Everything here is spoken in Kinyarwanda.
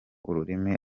ururimi